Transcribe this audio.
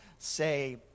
say